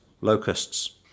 locusts